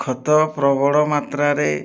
ଖତ ପ୍ରବଳ ମାତ୍ରାରେ